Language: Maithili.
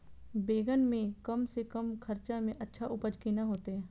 बेंगन के कम से कम खर्चा में अच्छा उपज केना होते?